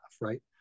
right